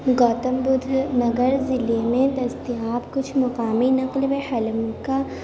گوتم بدھ نگر ضلع میں دستیاب کچھ مقامی نقل و حمل کا